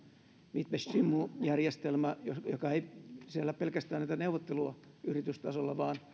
mitbestimmung järjestelmää joka ei sisällä pelkästään neuvottelua yritystasolla vaan